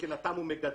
מבחינתם הוא מגדל.